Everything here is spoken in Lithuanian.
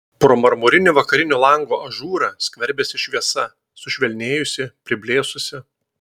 pro marmurinį vakarinio lango ažūrą skverbėsi šviesa sušvelnėjusi priblėsusi